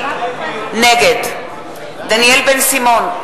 נגד דניאל בן-סימון,